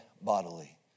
bodily